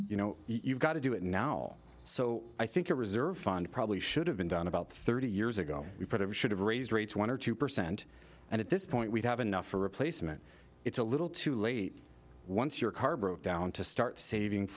you know you've got to do it now so i think a reserve fund probably should have been done about thirty years ago we should have raised rates one or two percent and at this point we'd have enough for replacement it's a little too late once your car broke down to start saving